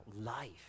life